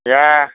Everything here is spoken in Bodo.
गैया